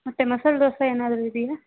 ಮತ್ತೆ ಮಸಾಲೆ ದೋಸೆ ಏನಾದರೂ ಇದೆಯಾ